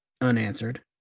unanswered